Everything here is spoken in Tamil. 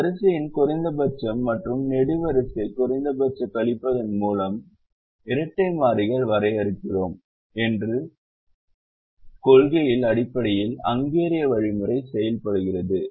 இந்த வரிசையின் குறைந்தபட்ச மற்றும் நெடுவரிசை குறைந்தபட்ச கழிப்பதன் மூலம் இரட்டை மாறிகளை வரையறுக்கிறோம் என்ற கொள்கையின் அடிப்படையில் ஹங்கேரிய வழிமுறை செயல்படுகிறது